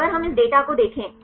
तो अगर हम इस डेटा को देखें